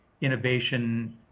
innovation